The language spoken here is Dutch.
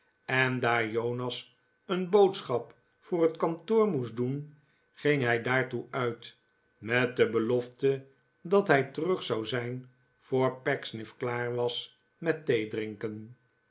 en daar jonas een boodschap voor het kantoor moest doen ging hij daartoe uit met de belofte dat hij terug zou zijn voor pecksniff klaar was met